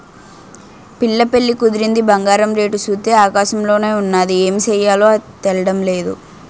పిల్ల పెళ్లి కుదిరింది బంగారం రేటు సూత్తే ఆకాశంలోన ఉన్నాది ఏమి సెయ్యాలో తెల్డం నేదు